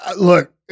Look